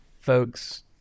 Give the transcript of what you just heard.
folks